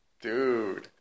dude